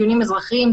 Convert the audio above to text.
דיונים אזרחיים,